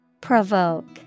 Provoke